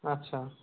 আচ্ছা